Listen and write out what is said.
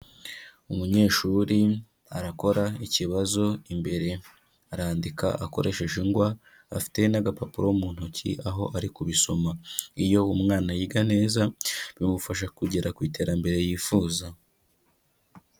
Umunyeshuri arakora ikibazo imbere arandika akoresheje ingwa afite n'agapapuro mu ntoki aho ari kubisoma, iyo umwana yiga neza bimufasha kugera ku iterambere yifuza.